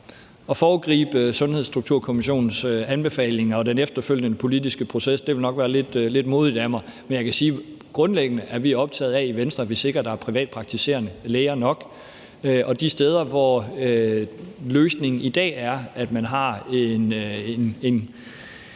at foregribe Sundhedsstrukturkommissionens anbefalinger og den efterfølgende politiske proces nok ville være lidt modigt af mig, men jeg kan sige, at grundlæggende er vi optaget af i Venstre, at vi sikrer, at der er privatpraktiserende læger nok. Og de steder, hvor løsningen i dag er, at man har en